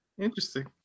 Interesting